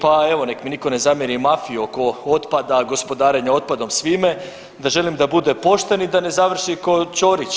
Pa evo nek' mi nitko ne zamjeri mafiju oko otpada, gospodarenja otpadom, svime, da želim da bude pošten i da ne završi kao Ćorić.